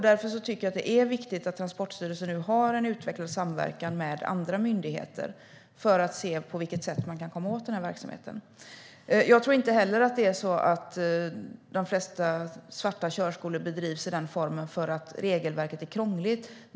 Därför tycker jag att det är viktigt att Transportstyrelsen nu har en utvecklad samverkan med andra myndigheter för att se på vilket sätt man kan komma åt den här verksamheten. Jag tror inte heller att de flesta körskolor bedrivs i den formen för att regelverket är krångligt.